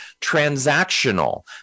transactional